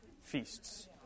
feasts